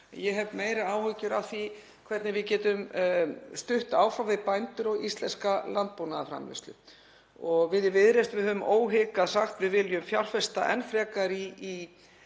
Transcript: ég hef meiri áhyggjur af því hvernig við getum stutt áfram við bændur og íslenska landbúnaðarframleiðslu. Við í Viðreisn höfum óhikað sagt: Við viljum fjárfesta enn frekar í